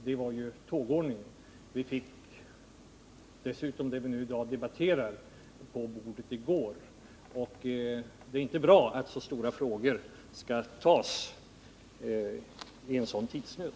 Det var tågordningen. Det material vi i dag debatterar fick vi på bordet i går. Det är inte bra att så stora frågor avgörs i sådan tidsnöd.